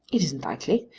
it isn't likely.